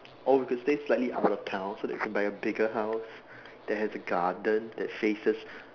or we could stay slightly out of town so we can buy a bigger house that has a garden that faces